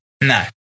No